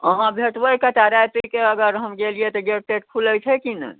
अहाँ भेटबै कतए राति उइतके अगर हम गेलियै तऽ गेट तेट खुलै छै की नहि